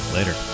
Later